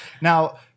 Now